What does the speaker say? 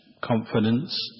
confidence